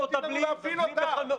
לא נותנים לנו להפעיל אותה.